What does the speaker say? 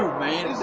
man?